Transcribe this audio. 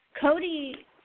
Cody